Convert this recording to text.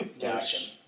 Gotcha